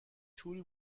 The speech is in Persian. توری